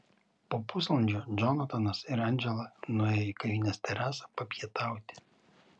po pusvalandžio džonatanas ir andžela nuėjo į kavinės terasą papietauti